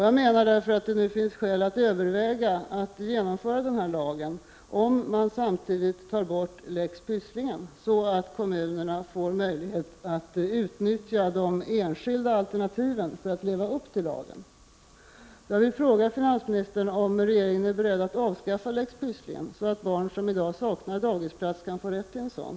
Jag menar därför att det nu finns skäl att överväga om denna lag skall bli verklighet, om man samtidigt tar bort lex Pysslingen så att kommunerna får möjlighet att utnyttja de enskilda alternativen för att leva upp till lagens intentioner. Jag vill fråga finansministern om regeringen är beredd att avskaffa lex Pysslingen, så att barn som i dag saknar dagisplats kan få rätt till en sådan.